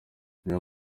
niyo